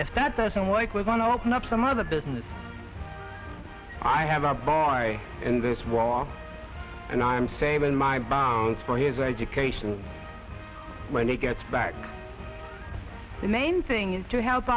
if that doesn't work with an open up some other business i have a buy in this walk and i'm saving my bounds for his education when he gets back the main thing is to help